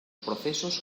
procesos